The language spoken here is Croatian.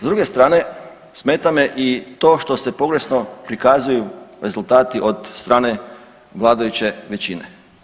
S druge strane smeta me i to što se pogrešno prikazuju rezultati od strane vladajuće većine.